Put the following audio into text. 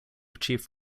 chief